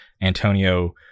Antonio